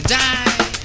die